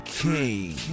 King